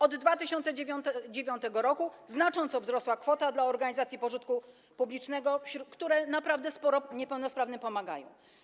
Od 2009 r. znacząco wzrosła kwota dla organizacji pożytku publicznego, które naprawdę sporo niepełnosprawnym pomagają.